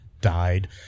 died